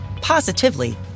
positively